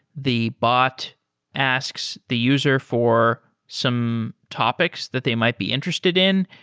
the bot asks the user for some topics that they might be interested in,